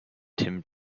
tim